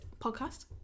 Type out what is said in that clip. podcast